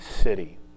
city